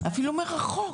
אפילו מרחוק?